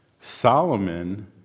Solomon